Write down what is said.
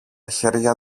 χέρια